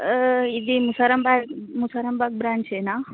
ఇది ముసరాంబాగ్ బ్రాంచేనా